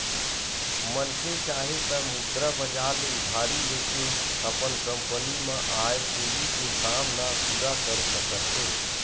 मनखे चाहे त मुद्रा बजार ले उधारी लेके अपन कंपनी म आय पूंजी के काम ल पूरा कर सकत हे